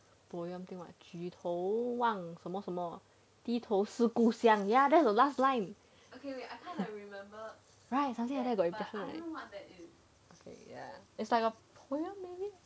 poem thing 举头望什么什么低头思故乡 ya that's the last line right something like that right it's like some poem merit